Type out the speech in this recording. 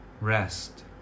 rest